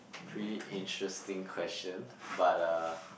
pretty interesting question but uh